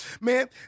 man